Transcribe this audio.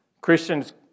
Christians